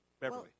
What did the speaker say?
Beverly